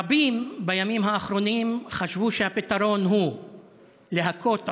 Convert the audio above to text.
רבים בימים האחרונים חשבו שהפתרון הוא להכות עוד,